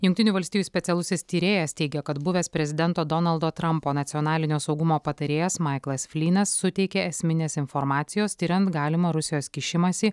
jungtinių valstijų specialusis tyrėjas teigia kad buvęs prezidento donaldo trampo nacionalinio saugumo patarėjas maiklas flynas suteikė esminės informacijos tiriant galimą rusijos kišimąsi